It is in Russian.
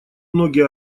многие